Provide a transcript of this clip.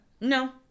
No